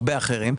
הרבה אחרים,